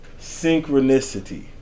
Synchronicity